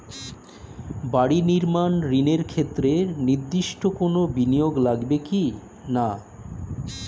বাড়ি নির্মাণ ঋণের ক্ষেত্রে নির্দিষ্ট কোনো বিনিয়োগ লাগবে কি না?